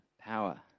power